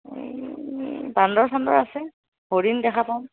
বান্দৰ চান্দৰ আছে হৰিণ দেখা পাম